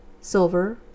silver